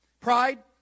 Pride